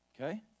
Okay